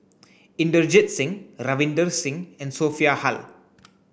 Inderjit Singh Ravinder Singh and Sophia Hull